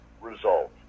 result